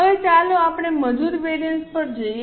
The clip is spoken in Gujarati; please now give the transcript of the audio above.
હવે ચાલો આપણે મજૂર વેરિએન્સ પર જઈએ